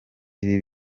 ibi